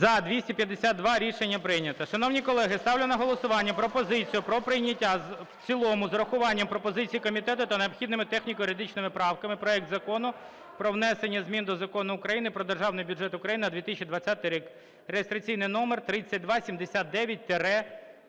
За-252 Рішення прийнято. Шановні колеги, ставлю на голосування пропозицію про прийняття в цілому з урахуванням пропозицій комітету та необхідними техніко-юридичними правками проект Закону про внесення змін до Закону України "Про Державний бюджет України на 2020 рік" (реєстраційний номер 3279-д).